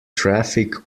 traffic